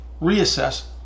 reassess